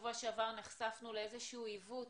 בשבוע שעבר נחשפנו לאיזשהו עיוות